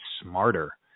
smarter